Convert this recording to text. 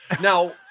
Now